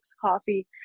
coffee